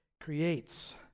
creates